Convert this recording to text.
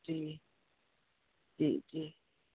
जी जी जी